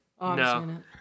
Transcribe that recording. no